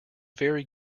very